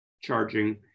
charging